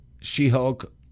She-Hulk